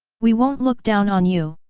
we won't look down on you?